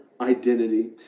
identity